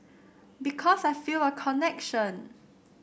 because I feel a connection